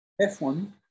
f1